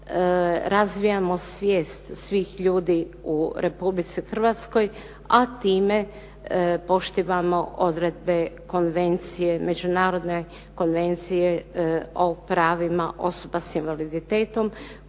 razvijamo svijest svih ljudi u Republici Hrvatskoj, a time poštivamo odredbe konvencije, Međunarodne konvencije o pravima osoba sa invaliditetom